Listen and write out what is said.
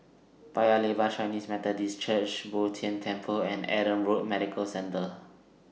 Paya Lebar Chinese Methodist Church Bo Tien Temple and Adam Road Medical Centre